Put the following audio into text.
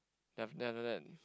then then after that